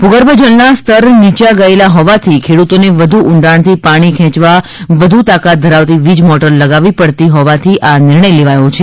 ભૂર્ગભ જળના સ્તર નીયા ગયેલા હોવાથી ખેડૂતોને વધુ ઊંડાણથી પાણી ખેંચવા વધુ તાકાત ધરાવતી વીજ મોટર લગાવવી પડતી હોવાથી આ નિર્ણય લેવાયો છે